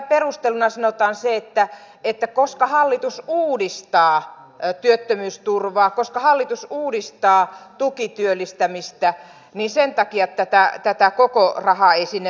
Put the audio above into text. perusteluna sanotaan se että koska hallitus uudistaa työttömyysturvaa koska hallitus uudistaa tukityöllistämistä niin sen takia tätä koko rahaa ei sinne laiteta